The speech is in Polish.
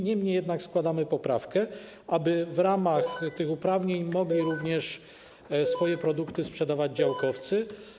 Niemniej jednak składamy poprawkę, aby w ramach tych uprawnień mogli również swoje produkty sprzedawać działkowcy.